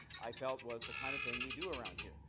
i felt was the kind of thing we do around here.